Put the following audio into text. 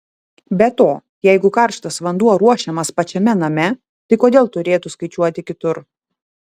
be to jeigu karštas vanduo ruošiamas pačiame name tai kodėl turėtų skaičiuoti kitur